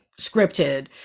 scripted